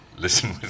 listen